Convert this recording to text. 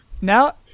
Now